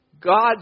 God